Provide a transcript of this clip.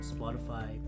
Spotify